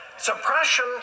Suppression